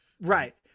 right